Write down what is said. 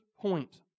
point